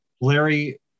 Larry